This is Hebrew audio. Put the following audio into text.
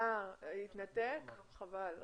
התנתק, חבל.